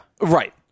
Right